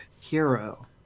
Hero